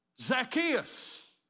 Zacchaeus